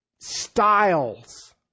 styles